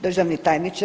Državni tajniče.